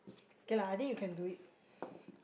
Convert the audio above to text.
okay lah I think you can do it